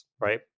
right